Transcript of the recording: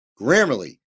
Grammarly